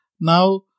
Now